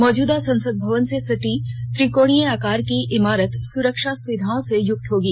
मौजूदा संसद भवन से सटी त्रिकोणीय आकार की इमारत सुरक्षा सुविधाओं से युक्त होगी